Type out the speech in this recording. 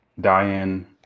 Diane